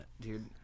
dude